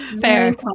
Fair